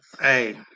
Hey